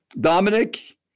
Dominic